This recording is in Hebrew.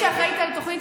כמי שאחראית לתוכנית,